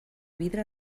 vidre